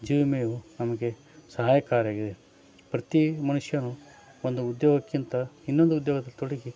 ಜೀವ ವಿಮೆಯು ನಮಗೆ ಸಹಾಯಕಾರಿ ಆಗಿದೆ ಪ್ರತಿ ಮನುಷ್ಯನೂ ಒಂದು ಉದ್ಯೋಗಕ್ಕಿಂತ ಇನ್ನೊಂದು ಉದ್ಯೋಗದಲ್ಲಿ ತೊಡಗಿ